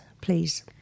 please